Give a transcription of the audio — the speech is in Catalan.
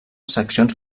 seccions